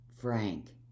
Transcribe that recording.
Frank